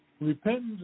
Repentance